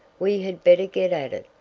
we had better get at it.